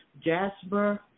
Jasper